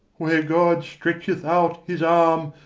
where god stretcheth out his arm,